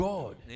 God